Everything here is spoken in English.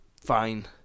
fine